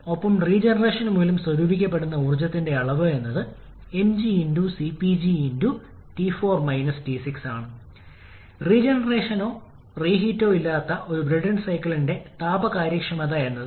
മുമ്പത്തെ പ്രശ്നത്തിൽ നമ്മൾ പ്രത്യേക സിപി മൂല്യങ്ങൾ ഉപയോഗിച്ച ഈ സിപി മൂല്യങ്ങൾ കംപ്രഷൻ പ്രോസസ്സ് പോലെ ഇവിടെ ബാധകമാണ്